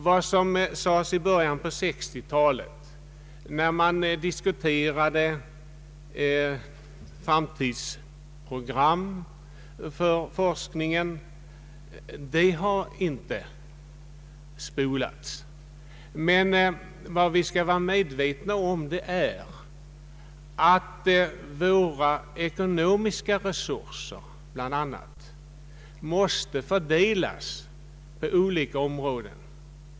Vad som sades i början på 1960-talet, när man diskuterade framtidsprogram för forskningen, har inte spolats. Men vi skall vara medvetna om att bl.a. våra ekonomiska resurser måste fördelas på olika sätt.